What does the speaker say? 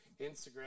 Instagram